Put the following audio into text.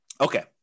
Okay